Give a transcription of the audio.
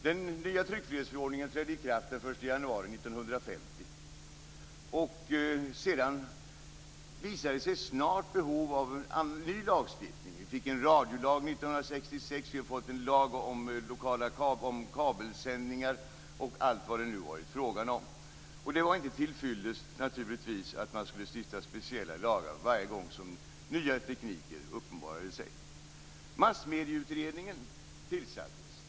Den nya tryckfrihetsförordningen trädde i kraft den 1 januari 1950. Det visade sig snart finnas behov av en ny lagstiftning. Vi fick en radiolag 1966, och vi har fått en lag om kabelsändningar och allt möjligt annat. Det var naturligtvis inte till fyllest att man skulle behöva stifta nya lagar varje gång som nya tekniker uppenbarade sig. Massmedieutredningen tillsattes.